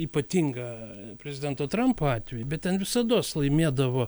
ypatingą prezidento trampo atvejį bet ten visados laimėdavo